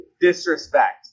disrespect